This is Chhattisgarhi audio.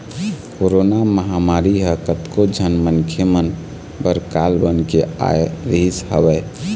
कोरोना महामारी ह कतको झन मनखे मन बर काल बन के आय रिहिस हवय